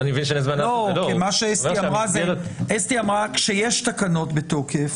אסתי אמרה כשיש תקנות בתוקף,